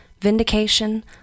vindication